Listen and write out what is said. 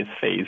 phase